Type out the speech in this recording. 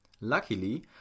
Luckily